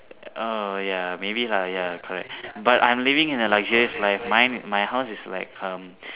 oh ya maybe lah ya correct but I'm living in a luxurious life mine my house is like um